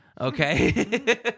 Okay